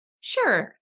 sure